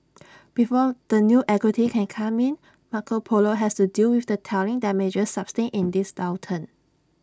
before the new equity can come in Marco Polo has to deal with the telling damages sustained in this downturn